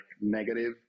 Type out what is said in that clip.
negative